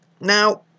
Now